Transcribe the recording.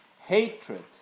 hatred